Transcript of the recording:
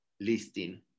listing